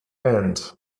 end